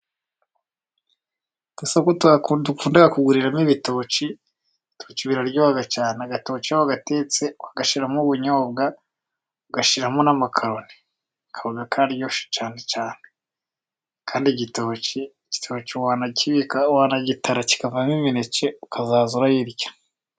Agasoko dukunda kuguriramo ibitoki. Ibitoki biraryoha cyane. Agatoki gatetse ugashyiramo ubunyobwa, ugashyiramo n'amakaroni kararyoha. Kandi igitoki wanakibika, wanagitara kikavamo imineke ukazajya uyirya.